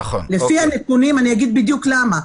אני אגיד בדיוק למה,